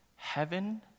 Heaven